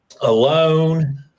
Alone